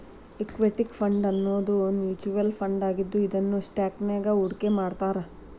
equity ಫಂಡನ್ನೋದು mutual ಫಂಡಾಗಿದ್ದು ಇದನ್ನ ಸ್ಟಾಕ್ಸ್ನ್ಯಾಗ್ ಹೂಡ್ಕಿಮಾಡ್ತಾರ